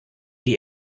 die